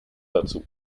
dazu